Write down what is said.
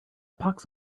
pox